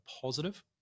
positive